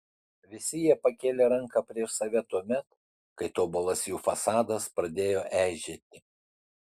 visi jie pakėlė ranką prieš save tuomet kai tobulas jų fasadas pradėjo eižėti